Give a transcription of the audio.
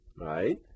right